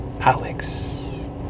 Alex